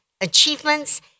achievements